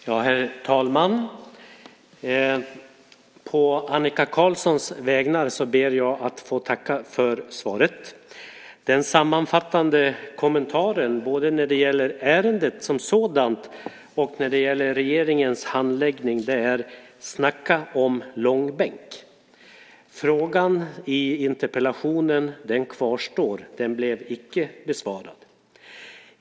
Herr talman! På Annika Qarlssons vägnar ber jag att få tacka för svaret. Den sammanfattande kommentaren, både när det gäller ärendet som sådant och när det gäller regeringens handläggning är: Snacka om långbänk! Frågan i interpellationen kvarstår. Den blev icke besvarad.